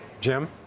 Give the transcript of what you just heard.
Jim